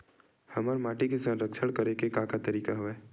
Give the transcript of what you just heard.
हमर माटी के संरक्षण करेके का का तरीका हवय?